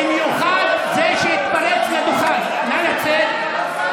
במיוחד זה שהתפרץ לדוכן, נא לצאת.